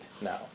now